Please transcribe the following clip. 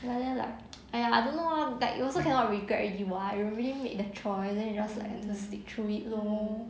ya then like !aiya! I don't know lor it's like you also cannot regret already [what] you already made the choice then you just like stick through it lor